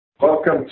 Welcome